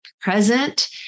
present